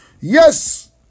Yes